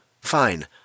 fine